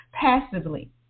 passively